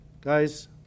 Guys